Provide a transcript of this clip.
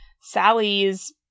Sally's